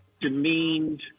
demeaned